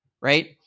Right